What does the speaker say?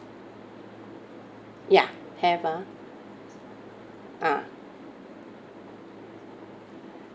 ya have ah ah